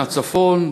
מהצפון,